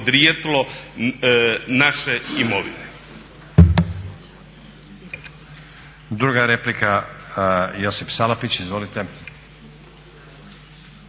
naše imovine.